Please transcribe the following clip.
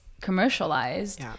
commercialized